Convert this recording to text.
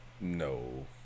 No